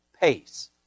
pace